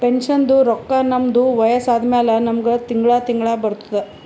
ಪೆನ್ಷನ್ದು ರೊಕ್ಕಾ ನಮ್ದು ವಯಸ್ಸ ಆದಮ್ಯಾಲ ನಮುಗ ತಿಂಗಳಾ ತಿಂಗಳಾ ಬರ್ತುದ್